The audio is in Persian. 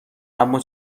اما